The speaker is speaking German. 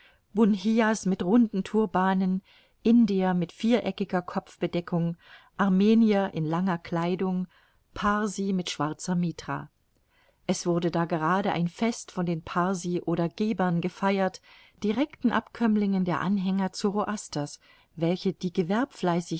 mit runden turbanen indier mit viereckiger kopfbedeckung armenier in langer kleidung parsi mit schwarzer mitra es wurde da gerade ein fest von den parsi oder gebern gefeiert directen abkömmlingen der anhänger zoroasters welche die